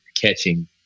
catching